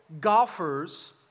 golfers